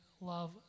love